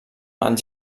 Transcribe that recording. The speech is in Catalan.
els